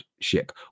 ship